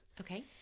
Okay